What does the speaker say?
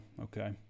Okay